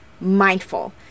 mindful